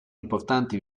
importanti